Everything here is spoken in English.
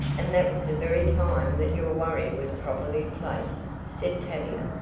and that was the very time that your worry was properly placed, said tavia,